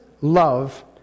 love